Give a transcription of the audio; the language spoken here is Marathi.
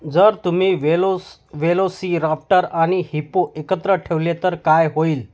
जर तुम्ही वेलोस वेलोसिराप्टर आणि हिप्पो एकत्र ठेवले तर काय होईल